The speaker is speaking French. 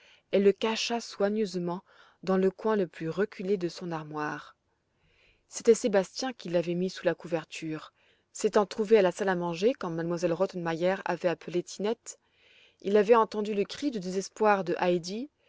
elle le cacha soigneusement dans le coin le plus reculé de son armoire c'était sébastien qui l'avait mis sous la couverture s'étant trouvé à la salle à manger quand m elle rottenmeier avait appelé tinette il avait entendu le cri de désespoir de heidi